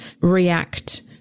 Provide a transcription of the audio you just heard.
react